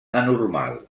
anormal